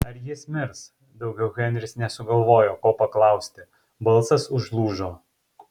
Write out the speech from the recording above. ar jis mirs daugiau henris nesugalvojo ko paklausti balsas užlūžo